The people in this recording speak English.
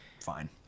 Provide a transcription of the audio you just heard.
fine